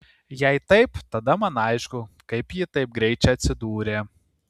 jei taip tada man aišku kaip ji taip greit čia atsidūrė